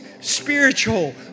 spiritual